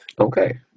Okay